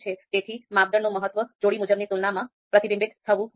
તેથી માપદંડનું મહત્વ જોડી મુજબની તુલનામાં પ્રતિબિંબિત થવું જોઈએ